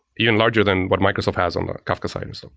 even larger than what microsoft has on the kafka side and stuff.